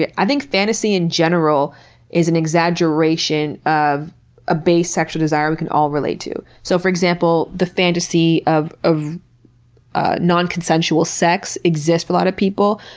yeah i think fantasy in general is an exaggeration of a base sexual desire we can all relate to. so for example, the fantasy of of ah non-consensual sex exists for a lot of people.